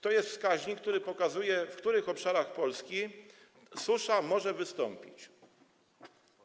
To jest wskaźnik, który pokazuje, w których obszarach Polski może wystąpić susza.